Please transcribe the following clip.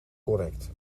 correct